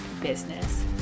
business